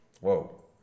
Whoa